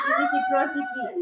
reciprocity